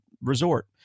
resort